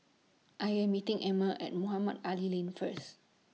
I Am meeting Amber At Mohamed Ali Lane First